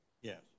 Yes